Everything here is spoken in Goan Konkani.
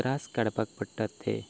त्रास काडपाक पडटात ते